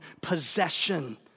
possession